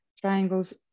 triangles